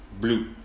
blue